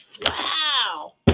wow